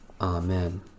Amen